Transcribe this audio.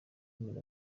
amezi